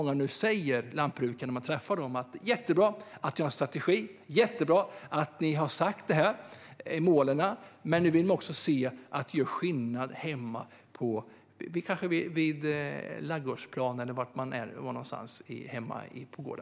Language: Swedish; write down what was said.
Många lantbrukare säger när jag träffar dem att det är jättebra att vi har en strategi och att vi har satt dessa mål men att de nu också vill se att detta gör skillnad hemma på ladugårdsplan eller var på gården det nu kan vara.